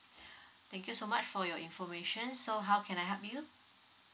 thank you so much for your information so how can I help you